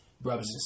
brothers